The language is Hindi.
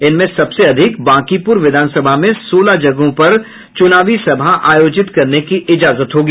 इनमें सबसे अधिक बांकीपुर विधानसभा में सोलह जगहों पर चुनावी सभा आयोजित करने की इजाजत होगी